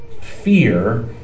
fear